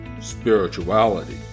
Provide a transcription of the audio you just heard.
spirituality